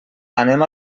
anem